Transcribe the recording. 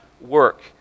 work